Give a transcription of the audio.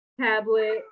tablet